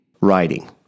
writing